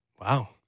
Wow